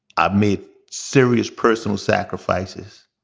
i made serious personal sacrifices.